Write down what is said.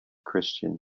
christian